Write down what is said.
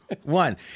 one